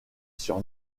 sur